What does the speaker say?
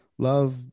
love